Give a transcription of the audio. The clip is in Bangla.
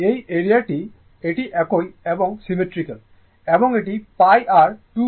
এই এরিয়া টি এটি একই এটি এবং সিমেট্রিক্যাল এবং এটি π আর 2π